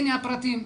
הנה הפרטים.